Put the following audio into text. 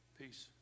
peace